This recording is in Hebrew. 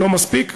לא מספיק,